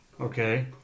Okay